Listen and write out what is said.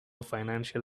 financial